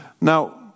Now